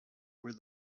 where